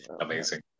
Amazing